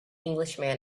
englishman